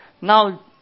Now